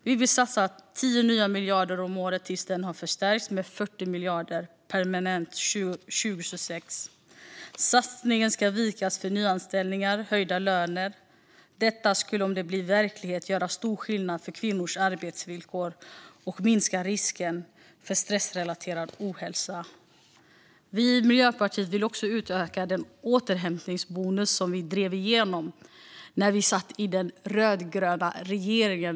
Vi vill satsa 10 nya miljarder om året tills det har förstärkts med 40 miljarder permanent 2026. Satsningen ska vikas för nyanställningar och höjda löner. Detta skulle, om det blir verklighet, göra stor skillnad för kvinnors arbetsvillkor och minska risken för stressrelaterad ohälsa. Vi i Miljöpartiet vill också utöka den återhämtningsbonus som vi drev igenom när vi satt i den rödgröna regeringen.